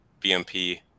BMP